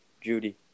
Judy